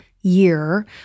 year